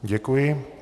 Děkuji.